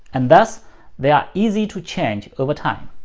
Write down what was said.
and thus they are easy to change over time.